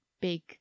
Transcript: big